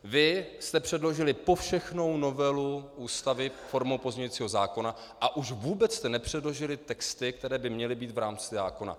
Vy jste předložili povšechnou novelu Ústavy formou pozměňujícího zákona, a už vůbec jste nepředložili texty, které by měly být v rámci zákona.